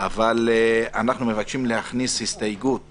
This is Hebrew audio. אבל אנחנו מתעקשים להכניס הסתייגות